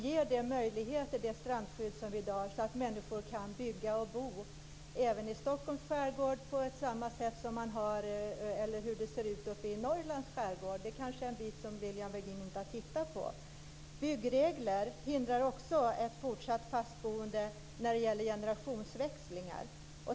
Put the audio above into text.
Ger det strandskydd vi i dag har möjlighet för människor att bygga och bo i Stockholms skärgård på samma sätt som i Norrlands skärgård? Det är kanske en bit som Lilian Virgin inte har tittat på. Byggregler hindrar också ett fortsatt fastboende när det gäller generationsväxlingar.